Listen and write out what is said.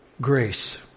grace